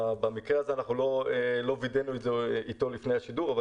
במקרה הזה אנחנו לא וידאנו את זה איתו לפני השידור אבל